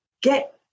Get